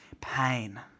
pain